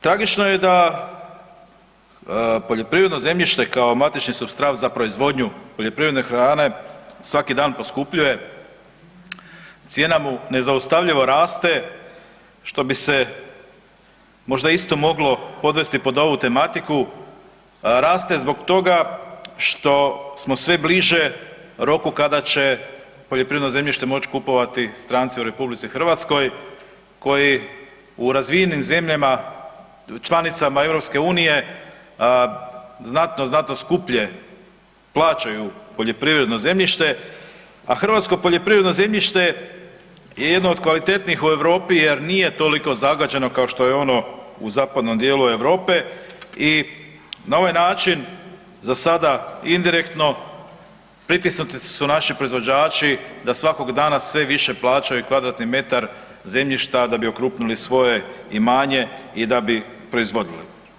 Tragično je da poljoprivredno zemljište kao matični supstrat za proizvodnju poljoprivredne hrane svaki dan poskupljuje, cijena mu nezaustavljivo raste, što bi se možda isto moglo podvesti pod ovu tematiku, raste zbog toga što smo sve bliže roku kada će poljoprivredno zemljište moć kupovati stranci u RH koji u razvijenim zemljama i u članicama EU znatno znatno skuplje plaćaju poljoprivredno zemljište, a hrvatsko poljoprivredno zemljište je jedno od kvalitetnijih u Europi jer nije toliko zagađeno kao što je ono u zapadnom dijelu Europe i na ovaj način za sada indirektno pritisnuti su naši proizvođači da svakog dana sve više plaćaju kvadratni metar zemljišta da bi okrupnili svoje imanje i da bi proizvodili.